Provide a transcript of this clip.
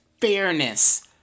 fairness